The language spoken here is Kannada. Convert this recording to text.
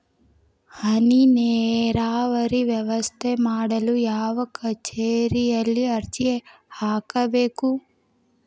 ಹನಿ ನೇರಾವರಿ ವ್ಯವಸ್ಥೆ ಮಾಡಲು ಯಾವ ಕಚೇರಿಯಲ್ಲಿ ಅರ್ಜಿ ಹಾಕಬೇಕು?